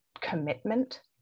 commitment